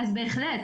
בהחלט.